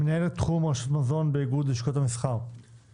מנהל תחום רשתות המזון באיגוד לשכות המסחר, בבקשה.